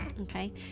Okay